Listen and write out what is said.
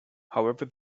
however